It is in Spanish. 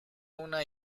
una